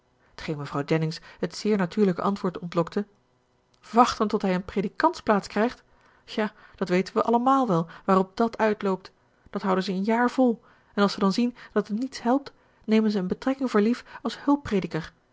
t geen mevrouw jennings het zeer natuurlijke antwoord ontlokte wachten tot hij een predikantsplaats krijgt ja dat weten we allemaal wel waarop dat uitloopt dat houden ze een jaar vol en als ze dan zien dat het niets helpt nemen ze een betrekking voor lief als